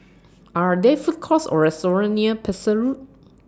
Are There Food Courts Or restaurants near Pesek Road